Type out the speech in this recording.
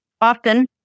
often